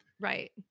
Right